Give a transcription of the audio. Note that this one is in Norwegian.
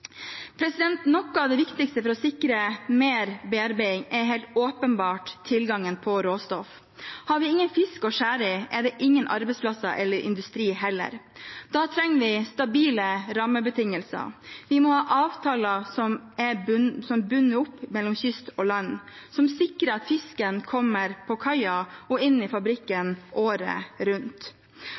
faktisk. Noe av det viktigste for å sikre mer bearbeiding er helt åpenbart tilgangen på råstoff. Har vi ingen fisk å skjære i, er det heller ingen arbeidsplasser eller industri. Da trenger vi stabile rammebetingelser. Vi må ha avtaler mellom kyst og land som sikrer at fisken kommer på kaia og inn i fabrikken, året rundt.